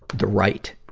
the right